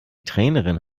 trainerin